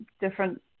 different